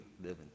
living